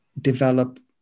develop